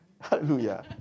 Hallelujah